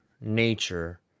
nature